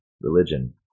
religion